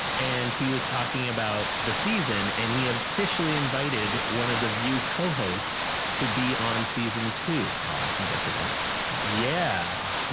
and he was talking about the season and he have fishel ii invited one of the view co-hosts to be on season two oh i can guess who that is yeah